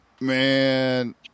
man